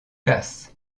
cass